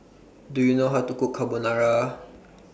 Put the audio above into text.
Do YOU know How to Cook Carbonara